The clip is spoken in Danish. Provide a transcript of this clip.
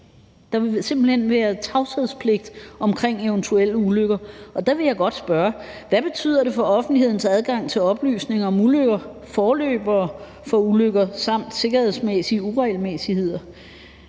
der simpelt hen vil være tavshedspligt omkring eventuelle ulykker, og der vil jeg godt spørge: Hvad betyder det for offentlighedens adgang til oplysninger om ulykker, forløbere for ulykker samt sikkerhedsmæssige uregelmæssigheder?